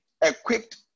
equipped